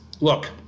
Look